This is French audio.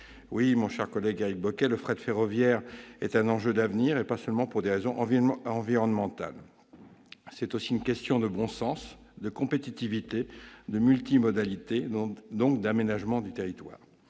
Oui, mon cher collègue Éric Bocquet, le fret ferroviaire est un enjeu d'avenir, et pas seulement pour des raisons environnementales. C'est aussi une question de bon sens, de compétitivité, de multimodalité, donc d'aménagement du territoire.